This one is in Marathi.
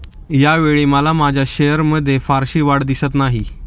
यावेळी मला माझ्या शेअर्समध्ये फारशी वाढ दिसत नाही